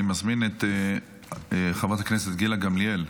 אני מזמין את השרה חברת הכנסת גילה גמליאל.